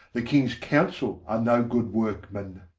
the kings councell are no good workemen